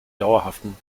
dauerhaften